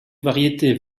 variétés